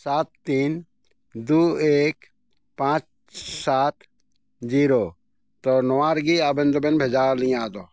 ᱥᱟᱛ ᱛᱤᱱ ᱫᱩ ᱮᱠ ᱯᱟᱸᱪ ᱥᱟᱛ ᱡᱤᱨᱳ ᱛᱚ ᱱᱚᱣᱟ ᱨᱮᱜᱮ ᱟᱵᱮᱱ ᱫᱚᱵᱮᱱ ᱵᱷᱮᱡᱟ ᱟᱹᱞᱤᱧᱟ ᱟᱫᱚ